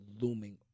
looming